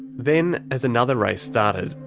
then as another race started.